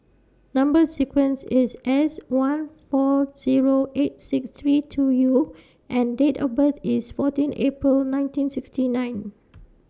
Number sequence IS S one four Zero eight six three two U and Date of birth IS fourteen April nineteen sixty nine